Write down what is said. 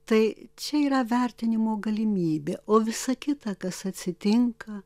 tai čia yra vertinimo galimybė o visa kita kas atsitinka